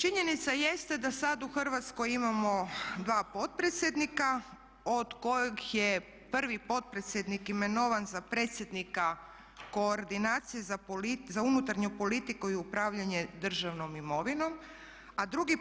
Činjenica jeste da sad u Hrvatskoj imamo dva potpredsjednika od kojih je prvi potpredsjednik imenovan za predsjednika koordinacije za unutarnju politiku i upravljanje državnom imovinom, a drugi